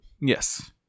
Yes